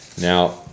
Now